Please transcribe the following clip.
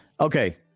Okay